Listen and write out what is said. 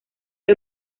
que